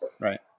Right